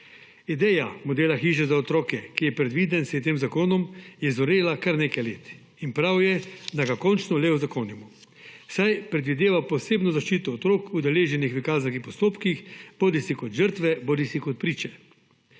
Ideja modela hiše za otroke, ki je predviden s tem zakonom, je zorela kar nekaj let in prav je, da ga končno le uzakonimo, saj predvideva posebno zaščito otrok, udeleženih v kazenskih postopkih, bodisi kot žrtve bodisi kot priče.